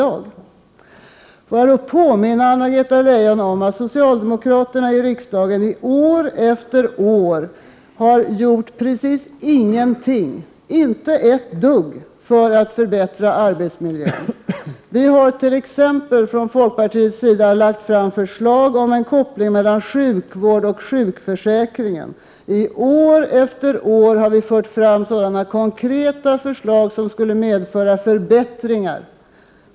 Jag vill påminna Anna-Greta Leijon om att socialdemokraterna i riksdagen år efter år inte har gjort någonting alls för att förbättra arbetsmiljön. Vi har t.ex. från folkpartiets sida lagt fram förslag om en koppling mellan sjukvården och sjukförsäkringen. År efter år har vi fört fram sådana konkreta förslag, som skulle medföra förbättringar.